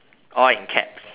all in caps